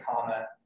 comment